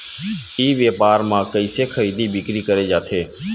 ई व्यापार म कइसे खरीदी बिक्री करे जाथे?